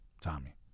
Tommy